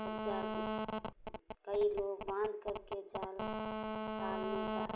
तब जाल को कई लोग बांधकर के जाल ताल में डाल